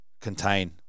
contain